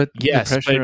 yes